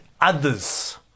others